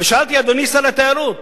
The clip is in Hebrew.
ושאלתי: אדוני שר התיירות,